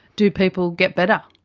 do people get better?